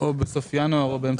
או בסוף ינואר או באמצע פברואר?